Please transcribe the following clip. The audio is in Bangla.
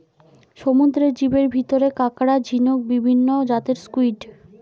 সমুদ্রের জীবের ভিতরে কাকড়া, ঝিনুক, বিভিন্ন জাতের স্কুইড,